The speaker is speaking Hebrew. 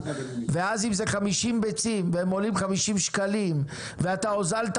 אם זה 50 ביצים והם עולים 50 שקלים ואתה הוזלת